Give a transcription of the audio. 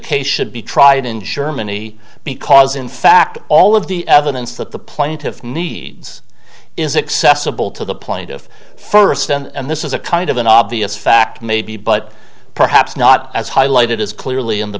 case should be tried in germany because in fact all of the evidence that the plaintiff needs is excessive bull to the plaintiff first and this is a kind of an obvious fact maybe but perhaps not as highlighted as clearly in the